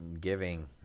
Giving